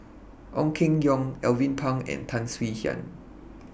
Ong Keng Yong Alvin Pang and Tan Swie Hian